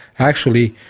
actually,